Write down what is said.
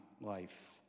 life